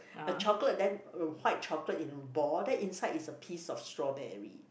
a chocolate then white chocolate in ball then inside is a piece of strawberry